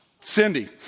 Cindy